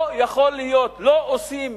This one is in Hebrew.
לא יכול להיות, לא עושים